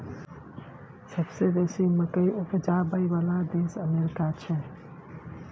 सबसे बेसी मकइ उपजाबइ बला देश अमेरिका छै